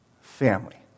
family